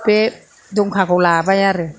बे दंखाखौ लाबाय आरो